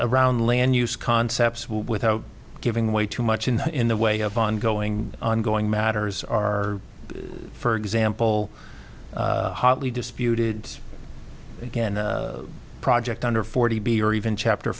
around land use concepts without giving way too much and in the way of ongoing ongoing matters are for example hotly disputed again project under forty b or even chapter